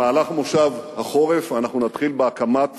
במהלך כנס החורף אנחנו נתחיל בהקמת